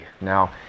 Now